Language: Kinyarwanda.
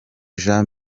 jean